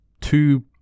two